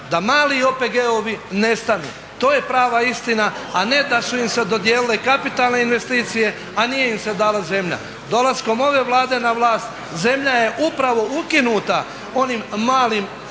da mali OPG-ovi nestanu. To je prava istina, a ne da su im se dodijelile kapitalne investicije, a nije im se dala zemlja. Dolaskom ove Vlade na vlast zemlja je upravo ukinuta onim malim